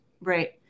right